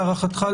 להערכתך,